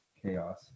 chaos